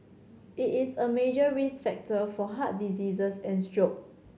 it is a major risk factor for heart diseases and stroke